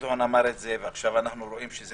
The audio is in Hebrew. וגדעון אמר את זה, ועכשיו אנחנו רואים שזה